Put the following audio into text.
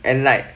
and like